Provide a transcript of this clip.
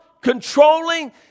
controlling